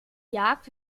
jagd